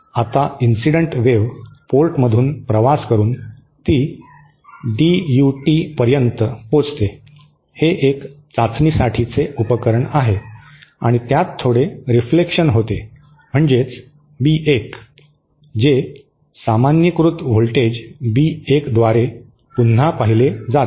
आता incident wave पोर्टमधून प्रवास करून ती डीयूटीपर्यंत पोचते हे एक चाचणी साठीचे उपकरण आहे आणि त्यात थोडे रेफलेक्शन होते म्हणजे बी 1 जे सामान्यीकृत व्होल्टेज बी 1 द्वारे पुन्हा पाहिले जाते